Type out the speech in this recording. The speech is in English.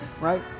right